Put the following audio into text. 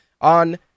on